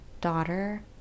daughter